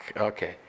Okay